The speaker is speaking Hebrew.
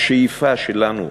השאיפה שלנו,